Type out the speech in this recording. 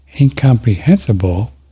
incomprehensible